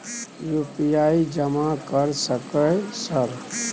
UPI जमा कर सके सर?